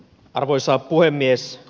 arvoisa puhemies